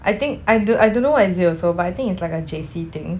I think I don't I don't know what is it also but I think it's like a J_C thing